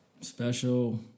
special